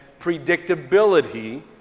predictability